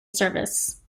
service